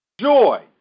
joy